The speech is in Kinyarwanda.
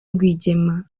rwigema